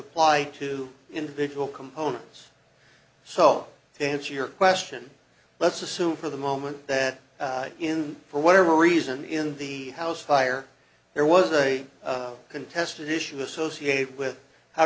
apply to individual components so to answer your question let's assume for the moment that in for whatever reason in the house fire there was a contested issue associated with how